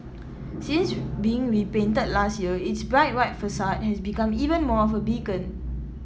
since being repainted last year its bright white facade has become even more of a beacon